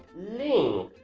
lo